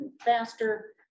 faster